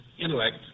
intellect